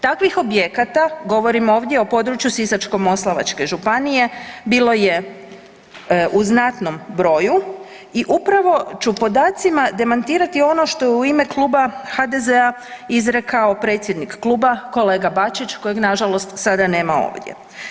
Takvih objekata, govorim ovdje o području Sisačko-moslavačke županije, bilo je u znatnom broju i upravo ću podacima demantirati ono što je u ime Kluba HDZ-a izrekao predsjednik Kluba kolega Bačić kojeg na žalost sada nema ovdje.